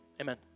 Amen